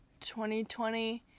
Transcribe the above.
2020